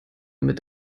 mit